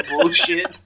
bullshit